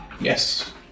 Yes